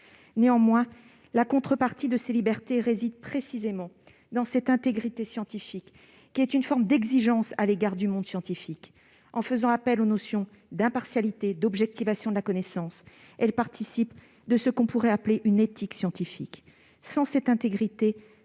Néanmoins, le pendant de ces libertés réside précisément dans l'intégrité scientifique, qui est une forme d'exigence à l'égard du monde de la recherche. En faisant appel aux notions d'impartialité et d'objectivation de la connaissance, cette intégrité participe de ce qu'on pourrait appeler une éthique scientifique. Sans elle,